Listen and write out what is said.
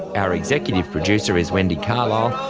our executive producer is wendy carlisle,